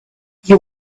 you